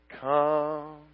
Come